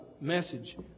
message